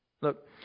Look